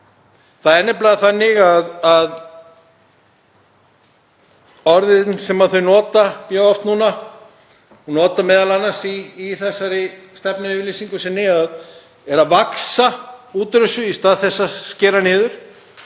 Það er nefnilega þannig að orðin sem þau nota mjög oft núna og nota m.a. í þessari stefnuyfirlýsingu sinni eru að vaxa út úr þessu í stað þess að skera niður.